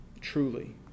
truly